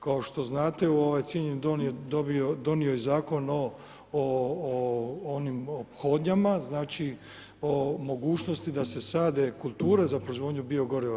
Kao što znate ovaj cijenjeni Dom je donio i Zakon o onim ophodnjama, znači o mogućnosti da se sade kulture za proizvodnju biogoriva.